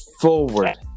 forward